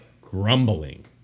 grumbling